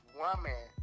woman